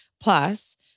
plus